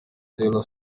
taylor